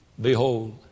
Behold